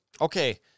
Okay